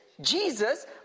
Jesus